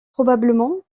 probablement